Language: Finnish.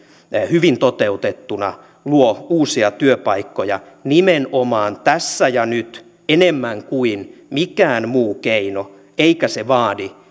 hyvin toteutettuna luo uusia työpaikkoja nimenomaan tässä ja nyt enemmän kuin mikään muu keino eikä se vaadi